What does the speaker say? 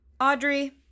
Audrey